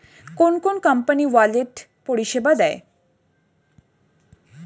কোন কোন company wallet পরিষেবা দেয়?